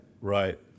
Right